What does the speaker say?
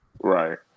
Right